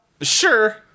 Sure